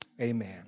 Amen